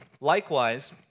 Likewise